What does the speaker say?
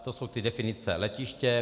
To jsou ty definice letiště.